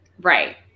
right